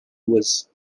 was